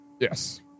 Yes